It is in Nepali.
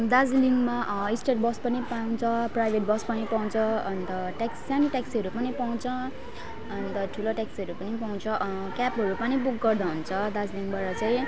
दार्जिलिङमा स्टेट बस पनि पाँउछ प्राइभेट बस पनि पाँउछ अन्त ट्या सानो ट्याक्सीहरू पनि पाउँछ अन्त ठुलो ट्याक्सीहरू पनि पाउँछ क्याबहरू पनि बुक गर्दा हुन्छ दाजलिङबाट चाहिँ